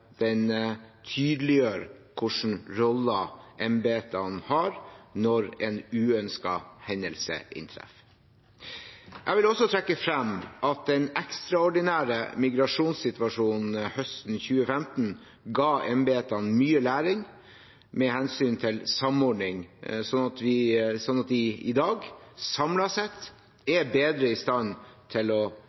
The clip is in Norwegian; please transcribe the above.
den tydeliggjør hvilke roller embetene har når en uønsket hendelse inntreffer. Jeg vil også trekke frem at den ekstraordinære migrasjonssituasjonen høsten 2015 ga embetene mye læring med hensyn til samordning, sånn at de i dag – samlet sett – er bedre i stand til å